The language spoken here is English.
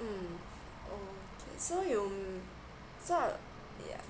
mm okay so you um so uh yeah